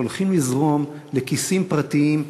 שהולכים לזרום לכיסים פרטיים,